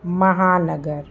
महानगर